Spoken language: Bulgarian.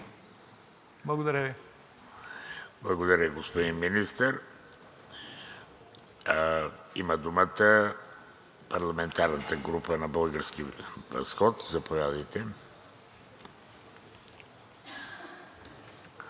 РАШИДОВ: Благодаря, господин Министър. Има думата парламентарната група на „Български възход“. Заповядайте.